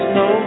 no